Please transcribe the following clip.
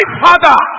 father